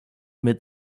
mit